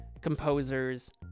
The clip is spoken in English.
composer's